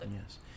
Yes